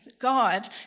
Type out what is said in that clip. God